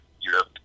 europe